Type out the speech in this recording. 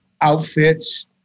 outfits